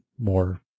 more